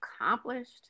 accomplished